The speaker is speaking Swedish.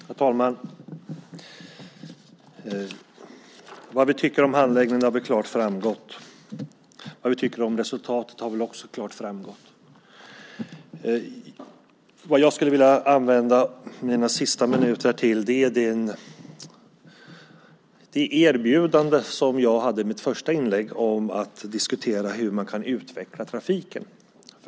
Herr talman! Vad vi tycker om handläggningen har klart framgått. Vad vi tycker om resultatet har också klart framgått. Jag skulle vilja använda mina sista minuter av talartiden till det erbjudande jag hade i mitt första inlägg om att diskutera hur man kan utveckla trafiken.